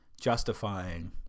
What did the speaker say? justifying